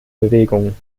bewegung